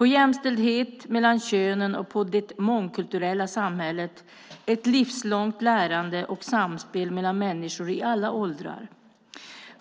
jämställdhet mellan könen och det mångkulturella samhället, ett livslångt lärande och samspel mellan människor i alla åldrar.